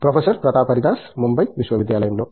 professor Pratap Haridas Mumbai విశ్వవిద్యాలయంలో